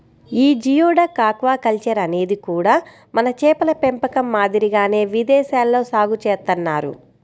యీ geoduck aquaculture అనేది కూడా మన చేపల పెంపకం మాదిరిగానే విదేశాల్లో సాగు చేత్తన్నారు